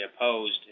opposed